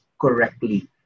correctly